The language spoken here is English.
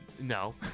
no